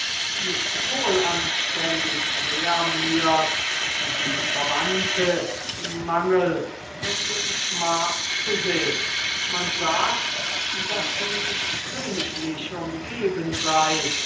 nicht wohlanständig wär mir's die verwandte im mangel und in schmach zu sehn man sagt daß sie nicht königlich umgeben sei